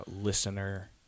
listener